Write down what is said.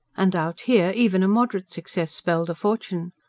and out here even a moderate success spelled a fortune.